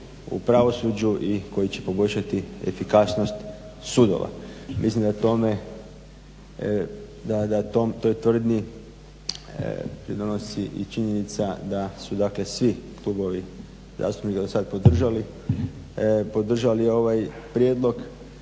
u pravosuđu i koje će poboljšati efikasnost sudova. Mislim da toj tvrdnji pridonosi i činjenica da su svi klubovi zastupnika do sada podržali ovaj prijedlog.